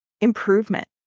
Improvement